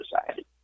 society